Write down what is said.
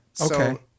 Okay